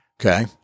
Okay